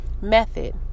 method